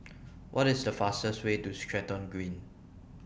What IS The fastest Way to Stratton Green